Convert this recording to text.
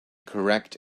correct